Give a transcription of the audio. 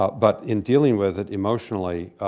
ah but in dealing with it emotionally,